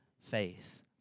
faith